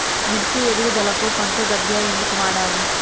మిర్చి ఎదుగుదలకు పంచ గవ్య ఎందుకు వాడాలి?